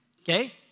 Okay